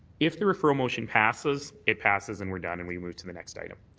if the referral motion passes, it passes and we're done and we move to the next item.